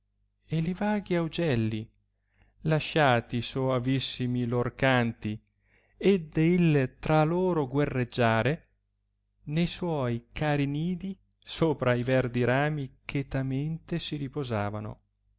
li vaghi augelli lasciati i soavissimi lor canti ed il tra loro guerreggiare ne suoi cari nidi sopra i verdi rami chetamente si riposavano